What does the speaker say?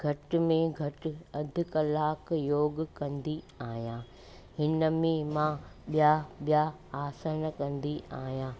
घटि में घटि अधि कलाकु योगु कंदी आहियां हिन में मां ॿिया ॿिया आसन कंदी आहियां